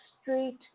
street